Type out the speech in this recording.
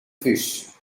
fish